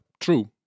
true